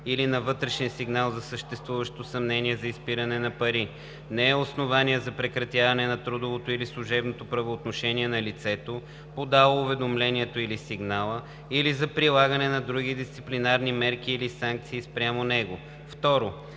или на вътрешен сигнал за съществуващо съмнение за изпиране на пари не е основание за прекратяване на трудовото или служебното правоотношение на лицето, подало уведомлението или сигнала, или за прилагане на други дисциплинарни мерки или санкции спрямо него.“ 2.